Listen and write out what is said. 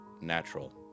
natural